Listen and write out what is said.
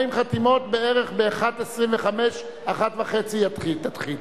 40 חתימות, בערך ב-13:30-13:25 נתחיל.